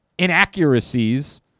inaccuracies